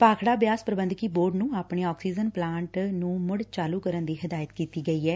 ਭਾਖੜਾ ਬਿਆਸ ਪ੍ਰੰਧਕੀ ਬੋਰਡ ਨੂੰ ਆਪਣੇ ਆਕਸੀਜਨ ਪਲਾਟ ਨੂੰ ਮੁੜ ਚਾਲੂ ਕਰਨ ਦੀ ਹਦਾਇਤ ਕੀਤੀ ਗਈ ਐ